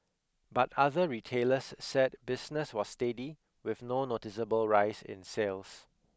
but other retailers said business was steady with no noticeable rise in sales